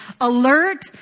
alert